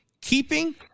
keeping